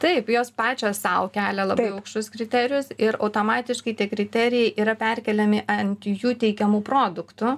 taip jos pačios sau kelia labai aukštus kriterijus ir automatiškai tie kriterijai yra perkeliami ant jų teikiamų produktų